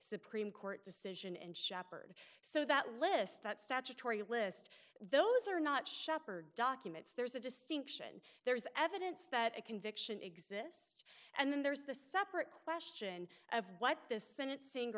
supreme court decision and sheppard so that list that statutory list those are not shepherd documents there's a distinction there is evidence that a conviction exists and then there's the separate question of what the senate